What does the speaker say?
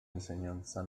enseñanza